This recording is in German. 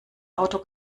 auto